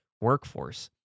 workforce